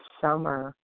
summer